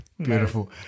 Beautiful